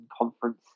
Conference